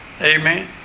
Amen